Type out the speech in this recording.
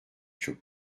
çok